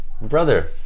brother